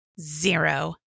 Zero